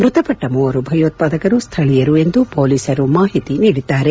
ಮೃತಪಟ್ಟ ಮೂವರು ಭಯೋತ್ವಾದಕರು ಸ್ಥಳೀಯರು ಎಂದು ಪೊಲೀಸರು ಮಾಹಿತಿ ನೀಡಿದ್ದಾರೆ